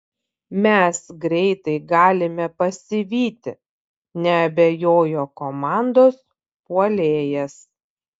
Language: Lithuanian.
mes greitai galime pasivyti neabejojo komandos puolėjas